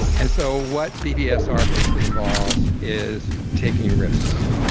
and so what bvsr basically involves is taking risks.